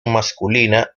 masculina